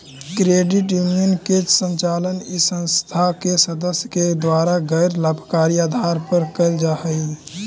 credit union के संचालन इस संस्था के सदस्य के द्वारा गैर लाभकारी आधार पर कैल जा हइ